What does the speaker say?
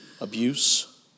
abuse